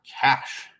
cash